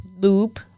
loop